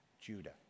Judah